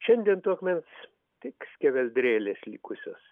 šiandien to akmens tik skeveldrėlės likusios